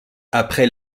après